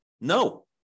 No